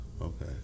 Okay